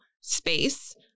space